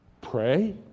pray